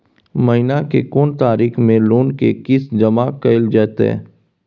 महीना के कोन तारीख मे लोन के किस्त जमा कैल जेतै?